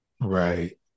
Right